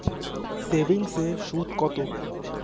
সেভিংসে সুদ কত?